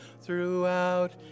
throughout